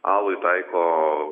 alui taiko